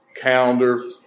calendar